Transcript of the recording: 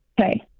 Okay